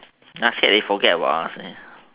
actually I forget what I was saying